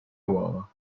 uova